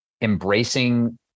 embracing